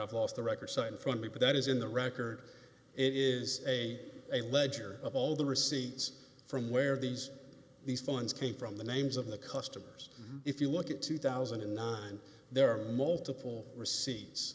of off the record cited from me but that is in the record it is a a ledger of all the receipts from where these these funds came from the names of the customers if you look at two thousand and nine there are multiple receipts